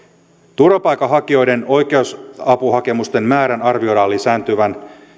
turvapaikanhakijoiden oikeusapuhakemusten määrän arvioidaan lisääntyvän